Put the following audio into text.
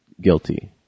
guilty